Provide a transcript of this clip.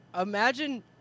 Imagine